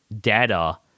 data